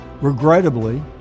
regrettably